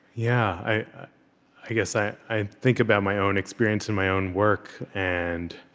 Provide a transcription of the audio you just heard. yeah i i guess i i think about my own experience and my own work, and